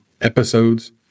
episodes